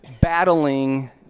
battling